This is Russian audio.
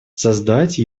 создать